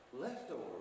leftover